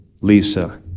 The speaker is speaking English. Lisa